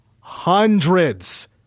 hundreds